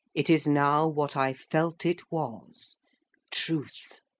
it is now what i felt it was truth!